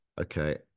okay